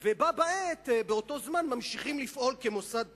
ובה בעת, באותו זמן, ממשיכים לפעול כמוסד פרטי,